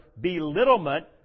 belittlement